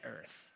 earth